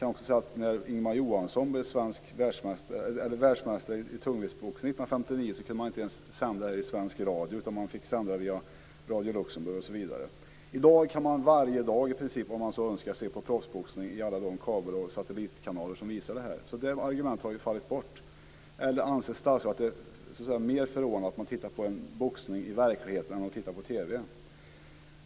När Ingemar Johansson blev världsmästare i tungviktsboxning 1959 kunde man inte ens sända det i svensk radio, utan man fick sända det via Radio Luxemburg osv. I dag kan man i princip varje dag om man så önskar se på proffsboxning i alla de kabeloch satellitkanaler som visar det, så det argumentet har ju fallit bort. Eller anser statsrådet att det så att säga är mer förråande att titta på boxning i verkligheten än att titta på det i TV?